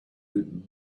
and